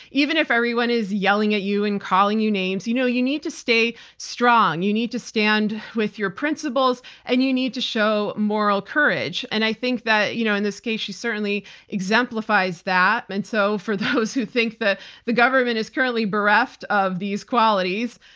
even if everyone is yelling at you and calling you names. you know you need to stay strong, you need to stand with your principles, and you need to show moral courage. and i think that you know in this case she certainly exemplifies that. and so for those who think that the government is currently bereft of these qualities,